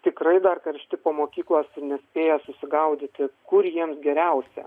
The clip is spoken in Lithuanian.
tikrai dar karšti po mokyklos ir nespėję susigaudyti kur jiems geriausia